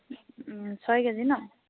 ছয় কেজি নহ্